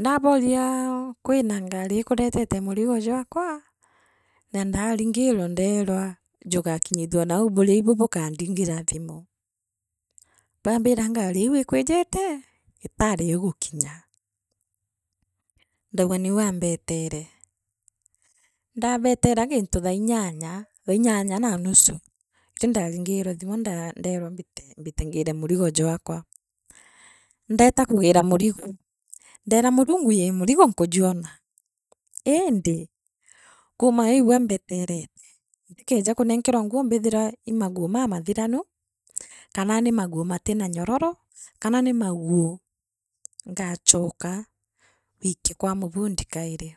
Ndaaboriaaaa kwina ngari ikureetete murigu jwajwa naa ndaaringi rwe ndeerwa juga kinyithua nau buri ibui bukandingira thimu. Baambira ngari iikwijite itaari igukinya, ndauga niu ambeetere, ndaabetera thaa inyanya, tha inyanya na nusu, itha nda gingirwe thimu nda nde ndebaa mbiite, mbite ngire murigo jwakwa. Ndeeta kugira murigo, ndeera murungu ii murigo nkujuona, indi kuuma au iigwe mbeterete, ntikeeja kunenkerwa nguo mbithira ii maguu mamathiranu, kana ni maguo matina nyororo kana nii maguu ngachooka gwikia kwa mubundi kairi,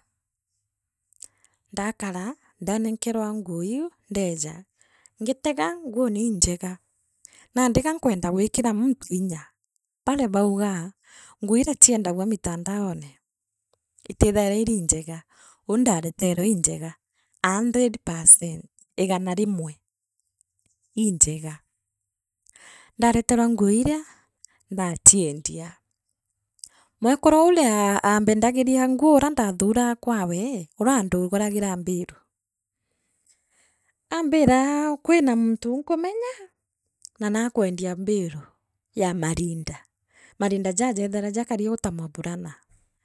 ndaakara, ndanenkerwa nguu iu ndeeja, ngitega nguu ni injega nandi gankwenda gwikira muntu inya baria baugaa nguu iria chiendagua mitandaone, itithaira iri injeega, ondareterwa injega, a hundred percent, igana rimwe, injega. Ndaritera nguu iria ndachiendia, mwekuru uria aa ambendagiria nguu uria ndathuraa kwawe, uria anduragira bale. Aambiraaaa kwira muntu nkamenya naa nakwendia mbiru ya marinda marinda jaa jethaira jakari uu ta maburana.